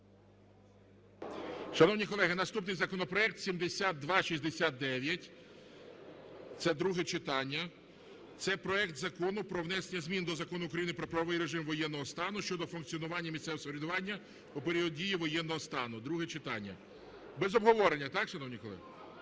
Шановні колеги, наступний законопроект 7269, це друге читання. Це проект Закону про внесення змін до Закону України "Про правовий режим воєнного стану" щодо функціонування місцевого самоврядування у період дії воєнного стану (друге читання). Без обговорення, так, шановні колеги?